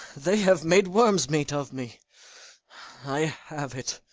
they have made worms' meat of me i have it,